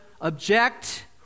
object